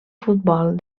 futbol